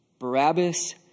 Barabbas